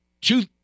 two